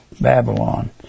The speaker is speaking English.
Babylon